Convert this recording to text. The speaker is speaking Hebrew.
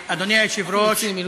אדוני היושב-ראש, למה שינו את סדר-היום?